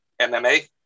MMA